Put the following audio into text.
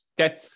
Okay